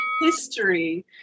history